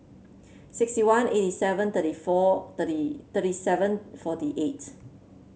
sixty one eighty seven thirty four thirty thirty seven forty eight